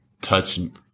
touching